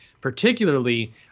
particularly